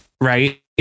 Right